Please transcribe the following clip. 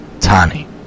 Tani